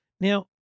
Now